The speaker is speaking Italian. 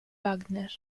wagner